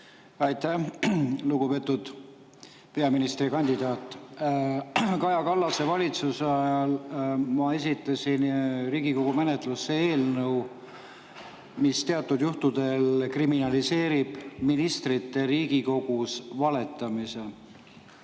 Aitäh! Lugupeetud peaministrikandidaat! Kaja Kallase valitsuse ajal esitasin ma Riigikogu menetlusse eelnõu, mis teatud juhtudel kriminaliseerib ministrite Riigikogus valetamise.